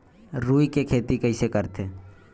रुई के खेती कइसे करथे?